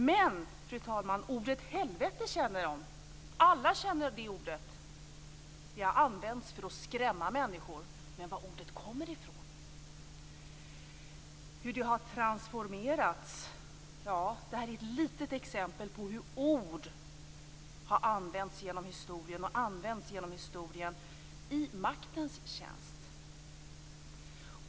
Men, fru talman, ordet "helvete" känner man till. Alla känner till det ordet. Det har använts för att skrämma människor, men var ordet kommer ifrån och hur det har transformerats vet de inte. Det här är ett litet exempel på hur ord genom historien har använts, och gör så fortfarande, i maktens tjänst.